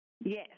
Yes